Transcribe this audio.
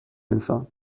انسان